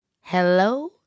Hello